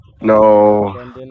No